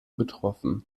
betroffen